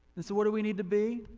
and so what do we need to be,